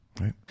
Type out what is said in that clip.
Right